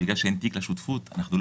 שותפות היא